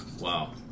Wow